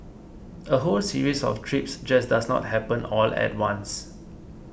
a whole series of trips just does not happen all at once